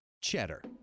Cheddar